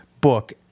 book